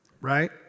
Right